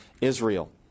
Israel